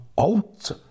out